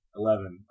eleven